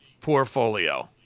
portfolio